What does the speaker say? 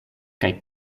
kaj